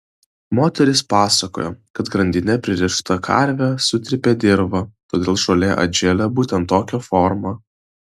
moteris pasakojo kad grandine pririšta karvė sutrypė dirvą todėl žolė atžėlė būtent tokia forma